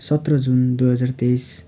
सत्र जुन दुई हजार तेइस